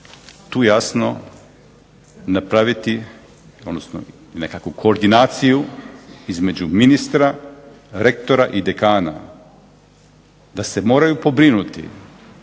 tu jasno napraviti, odnosno nekakvu koordinaciju između ministra, rektora i dekana da se moraju pobrinuti